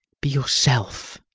be yourself!